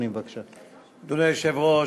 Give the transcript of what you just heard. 1 3. אדוני היושב-ראש,